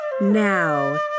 Now